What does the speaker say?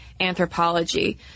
anthropology